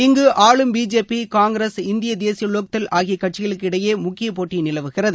இங்கு ஆளும் பிஜேபி காங்கிரஸ் இந்திய தேசிய லோக்தள் ஆகிய கட்சிகளுக்கு இடையே முக்கிய போட்டி நிலவுகிறது